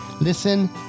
listen